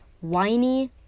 whiny